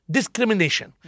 Discrimination